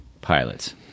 pilots